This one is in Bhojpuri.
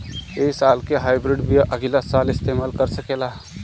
इ साल के हाइब्रिड बीया अगिला साल इस्तेमाल कर सकेला?